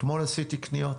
אתמול עשיתי קניות.